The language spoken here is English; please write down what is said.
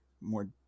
more